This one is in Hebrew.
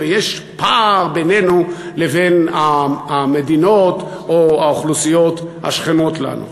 ויש פער בינינו לבין המדינות או האוכלוסיות השכנות לנו.